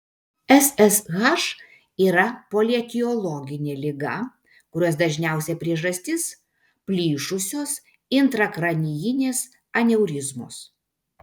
ssh yra polietiologinė liga kurios dažniausia priežastis plyšusios intrakranijinės aneurizmos